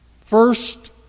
First